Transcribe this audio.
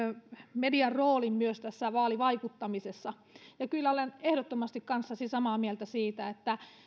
median roolin myös tässä vaalivaikuttamisessa olen kyllä ehdottomasti kanssasi samaa mieltä siitä